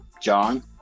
John